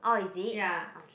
ya